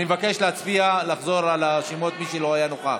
אני מבקש לחזור על השמות של מי שלא נכח.